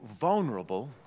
vulnerable